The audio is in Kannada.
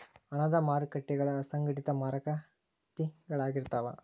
ಹಣದ ಮಾರಕಟ್ಟಿಗಳ ಅಸಂಘಟಿತ ಮಾರಕಟ್ಟಿಗಳಾಗಿರ್ತಾವ